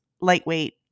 Lightweight